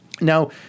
Now